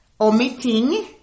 omitting